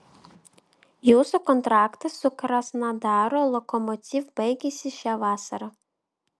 jūsų kontraktas su krasnodaro lokomotiv baigiasi šią vasarą